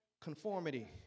conformity